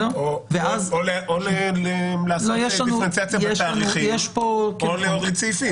או לעשות דיפרנציאציה בתאריכים או להוריד סעיפים.